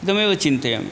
इदमेव चिन्तयामि